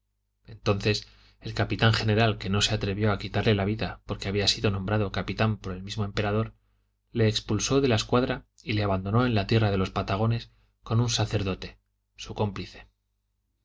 entonces el capitán general que no se atrevió a quitarle la vida porque había sido nombrado capitán por el mismo emperador le expulsó de la escuadra y le abandonó en la tierra de los patagones con un sacerdote su cómplice